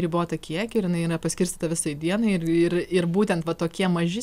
ribotą kiekį ir jinai yra paskirstyta visai dienai ir ir ir būtent va tokie maži